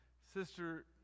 Sister